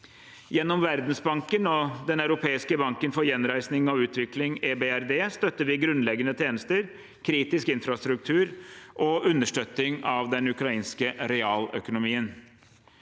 Gjennom Verdensbanken og Den europeiske banken for gjenoppbygging og utvikling, EBRD, støtter vi grunnleggende tjenester, kritisk infrastruktur og understøtting av den ukrainske realøkonomien.